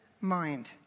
mind